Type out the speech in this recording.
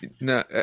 no